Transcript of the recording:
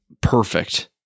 perfect